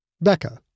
Becca